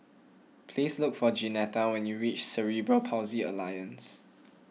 please look for Jeanetta when you reach Cerebral Palsy Alliance